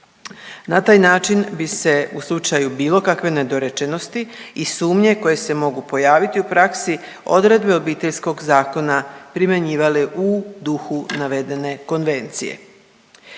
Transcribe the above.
Na taj način bi se u slučaju bilo kakve nedorečenosti i sumnje koje se mogu pojaviti u praksi odredbe Obiteljskog zakona primjenjivale u duhu navedene konvencije.